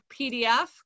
PDF